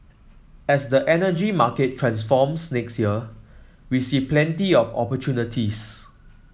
as the energy market transforms next year we see plenty of opportunities